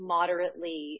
moderately